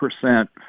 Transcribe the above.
percent